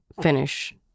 finish